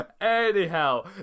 Anyhow